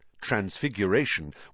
Transfiguration